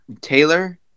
taylor